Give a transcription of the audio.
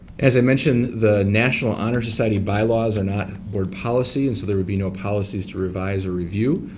as i mentioned the national honor society bylaws are not board policy, and so there would be no policies to revise or reviewed,